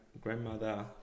grandmother